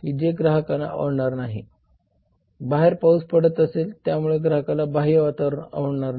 की जे ग्राहकांना आवडणार नाही बाहेर पाऊस पडत असेल त्यामुळे ग्राहकाला बाह्य वातावरण आवडणार नाही